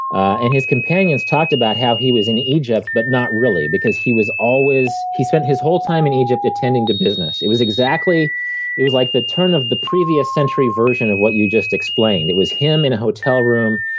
and his companions talked about how he was in egypt, but not really, because he was always he spent his whole time in egypt attending to business. it was exactly it was like the turn of the previous century version of what you just explained. it was him in a hotel room,